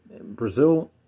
Brazil